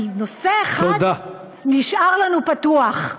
אבל נושא אחד נשאר לנו פתוח,